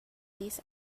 this